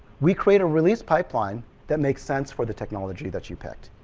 we create a release pipeline that makes sense for the technology that you picked.